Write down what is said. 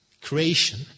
creation